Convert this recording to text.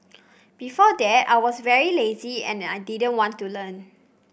before that I was very lazy and didn't want to learn